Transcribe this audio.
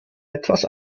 etwas